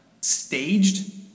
staged